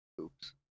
Oops